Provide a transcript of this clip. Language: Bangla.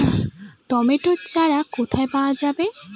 টমেটো চারা কোথায় পাওয়া যাবে?